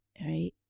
Right